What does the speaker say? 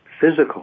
physical